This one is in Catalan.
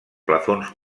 plafons